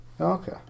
Okay